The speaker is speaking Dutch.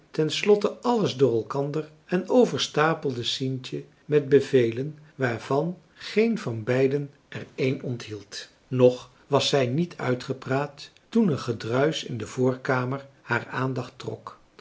slotte alles door elkander en overstapelde sientje met bevelen waarvan geen van beiden er een onthield nog was zij niet uitgepraat toen een gedruisch in de voorkamer haar aandacht trok